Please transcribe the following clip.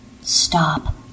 Stop